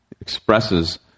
expresses